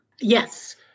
Yes